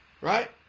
Right